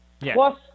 plus